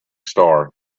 star